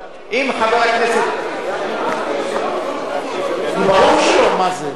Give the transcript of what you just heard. אמרתי, ברור שלא, מה זה.